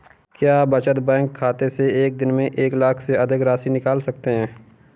क्या बचत बैंक खाते से एक दिन में एक लाख से अधिक की राशि निकाल सकते हैं?